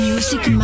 Music